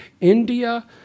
India